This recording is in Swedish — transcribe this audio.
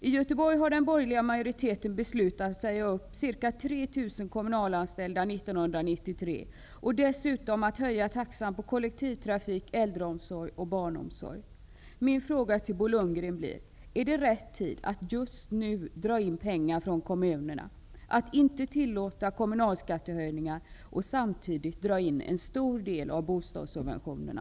I Göteborg har den borgerliga majoriteten beslutat att säga upp ca 3 000 kommunalanställda 1993 och dessutom att höja taxan på kollektivtrafik, äldreomsorg och barnomsorg. Min fråga till Bo Lundgren blir: Är det rätt tid att just nu dra in pengar från kommunerna, att inte tillåta kommunalskattehöjningar och att samtidigt dra in en stor del av bostadssubventionerna?